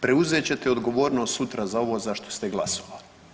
Preuzet ćete odgovornost sutra za ovo za što ste glasovali.